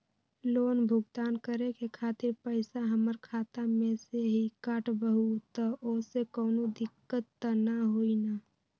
Loan भुगतान करे के खातिर पैसा हमर खाता में से ही काटबहु त ओसे कौनो दिक्कत त न होई न?